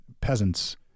peasants